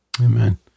amen